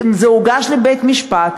זה הוגש לבית-המשפט,